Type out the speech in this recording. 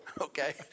okay